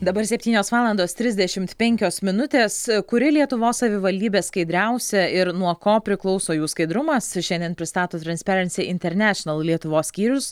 dabar septynios valandos trisdešimt penkios minutės kuri lietuvos savivaldybė skaidriausia ir nuo ko priklauso jų skaidrumas šiandien pristato transparency international lietuvos skyrius